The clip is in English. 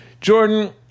jordan